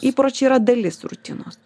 įpročiai yra dalis rutinos